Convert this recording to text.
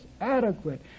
adequate